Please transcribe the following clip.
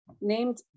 named